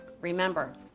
Remember